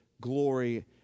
glory